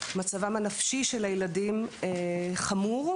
מצבם הנפשי של הילדים חמור,